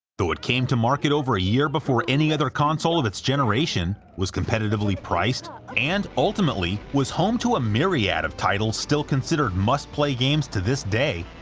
though it came to market over a year before any other console of its generation, was competitively-priced, and ultimately was home to a myriad of titles still considered must-play games to this day,